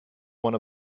one